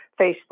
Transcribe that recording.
Facebook